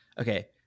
Okay